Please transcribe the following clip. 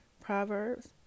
Proverbs